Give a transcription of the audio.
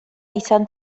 izan